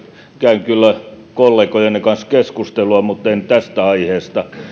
käyn kyllä kollegojen kanssa keskustelua mutta en tästä aiheesta